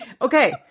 Okay